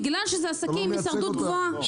בגלל שאלה עסקים עם הישרדות גבוהה,